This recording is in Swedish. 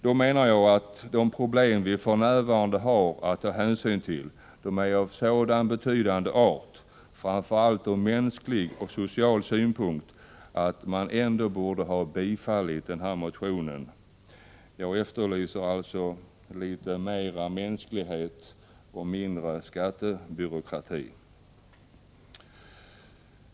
Dock menar jag att de problem vi för närvarande har att ta hänsyn till är av så betydande art, framför allt ur mänsklig och social synpunkt, att man ändå borde ha tillstyrkt den här motionen. Jag efterlyser alltså litet mera mänsklighet och mindre skattebyråkrati.